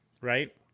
Right